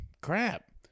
crap